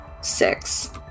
six